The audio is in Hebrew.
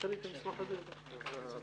הישיבה נעולה.